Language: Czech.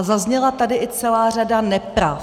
Zazněla tady i celá řada nepravd.